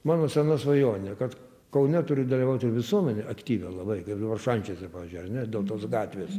mano sena svajonė kad kaune turi dalyvaut ir visuomenė aktyvią labai kaip dabar šančiuose pavyzdžiui ar ne dėl tos gatvės